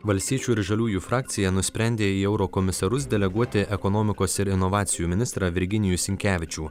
valstiečių ir žaliųjų frakcija nusprendė į eurokomisarus deleguoti ekonomikos ir inovacijų ministrą virginijų sinkevičių